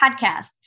podcast